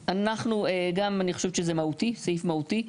אנחנו, גם אני חושבת שזה מהותי, סעיף מהותי.